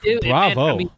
bravo